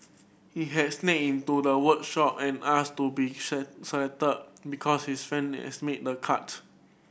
he had sneaked into the workshop and asked to be selected because his friend they has made the cut